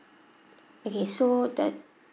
okay so that